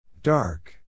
Dark